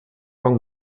con